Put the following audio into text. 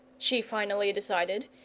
she finally decided.